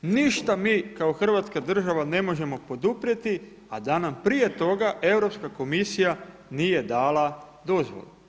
Ništa mi kao Hrvatska država ne možemo poduprijeti a da nam prije toga Europska komisija nije dala dozvolu.